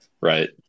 Right